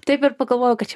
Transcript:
taip ir pagalvojau kad čia